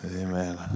Amen